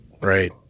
Right